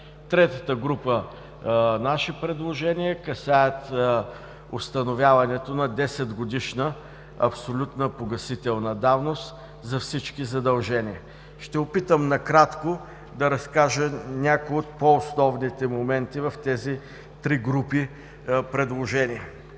Третата група наши предложения касаят установяването на 10-годишна абсолютна погасителна давност за всички задължения. Ще опитам накратко да разкажа някои от по-основните моменти в тези три групи предложения.